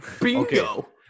Bingo